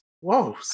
Whoa